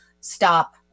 stop